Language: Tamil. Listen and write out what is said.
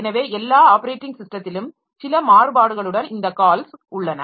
எனவே எல்லா ஆப்பரேட்டிங் ஸிஸ்டத்திலும் சில மாறுபாடுகளுடன் இந்த கால்ஸ் உள்ளன